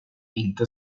inte